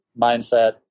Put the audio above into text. mindset